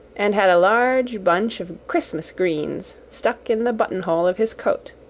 and had a large bunch of christmas greens stuck in the button-hole of his coat.